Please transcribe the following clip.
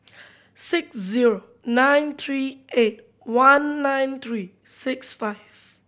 six zero nine three eight one nine three six five